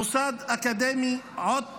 מוסד אקדמי, עוד פעם,